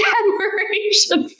admiration